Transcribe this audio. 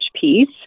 piece